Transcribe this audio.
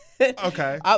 Okay